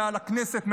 מעל הכנסת,